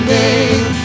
name